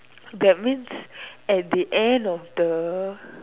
that means at the end of the